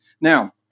Now